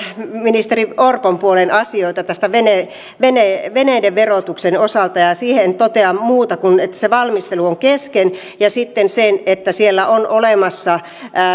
ministeri orpon puolen asioita veneiden veneiden verotuksen osalta siihen en totea muuta kuin sen että se valmistelu on kesken ja sitten sen että siellä on olemassa